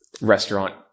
restaurant